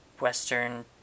Western